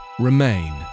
remain